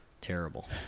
Terrible